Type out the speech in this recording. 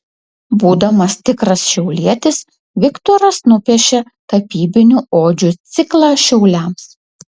būdamas tikras šiaulietis viktoras nupiešė tapybinių odžių ciklą šiauliams